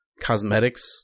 cosmetics